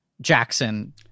Jackson